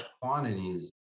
quantities